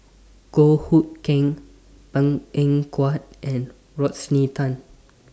Goh Hood Keng Png Eng Huat and Rodney Tan